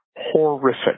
horrific